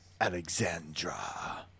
Alexandra